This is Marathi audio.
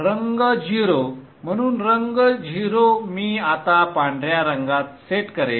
रंग 0 म्हणून रंग 0 मी आता पांढर्या रंगात सेट करेन